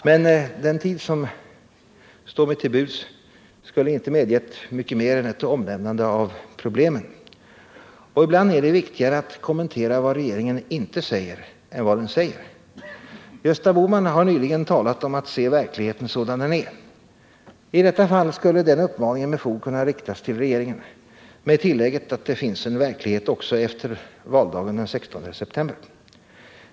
Men den tid som står mig till buds skulle inte medge mycket mer än ett omnämnande av problemen. Och ibland är det viktigare att kommentera vad regeringen inte säger än vad den säger. Gösta Bohman har nyligen talat om att se verkligheten sådan den är. I detta fall skulle den uppmaningen med fog kunna riktas till regeringen med tillägget att det finns en verklighet också efter valdagen den 16 september!